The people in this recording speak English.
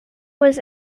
was